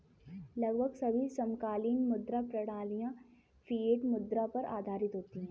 लगभग सभी समकालीन मुद्रा प्रणालियाँ फ़िएट मुद्रा पर आधारित होती हैं